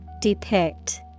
Depict